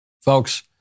Folks